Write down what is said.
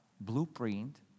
blueprint